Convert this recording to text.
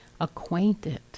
acquainted